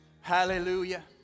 Hallelujah